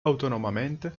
autonomamente